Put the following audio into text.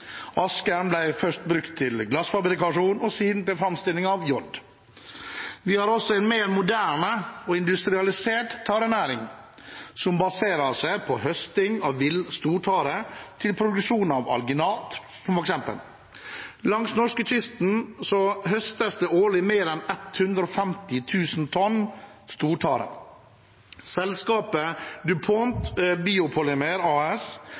først brukt i glassfabrikasjon og siden til framstilling av jod. Vi har også en mer moderne og industrialisert tarenæring, som baserer seg på høsting av vill stortare til produksjon av alginat, som eksempel. Langs norskekysten høstes det årlig mer enn 150 000 tonn stortare. Selskapet DuPont BioPolymer AS